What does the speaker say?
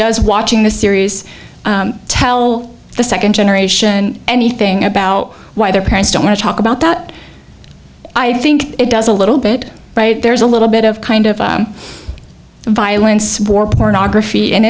does watching the series tell the second generation anything about why their parents don't want to talk about that i think it does a little bit but there's a little bit of kind of violence war pornography in